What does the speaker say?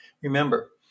Remember